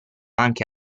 anche